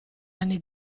anni